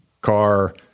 car